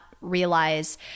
realize